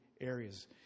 areas